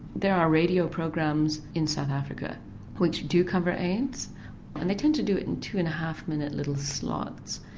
there are radio programs in south africa which do cover aids and they tend to do it in two and a half minute little slots.